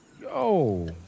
Yo